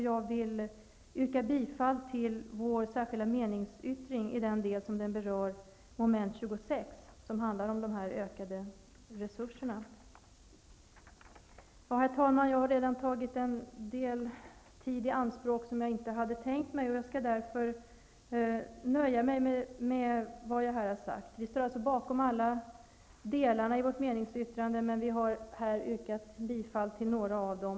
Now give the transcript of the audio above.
Jag vill yrka bifall till vår särskilda meningsyttring i den del den berör mom. 26 som handlar om dessa ökade resurser. Herr talman! Jag har redan tagit en del tid i anspråk som jag inte hade tänkt mig, och jag skall därför nöja mig med vad jag här har sagt. Vi står alltså bakom alla delar i vår meningsyttring, men vi yrkar bifall bara till några av dem.